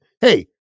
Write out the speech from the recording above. hey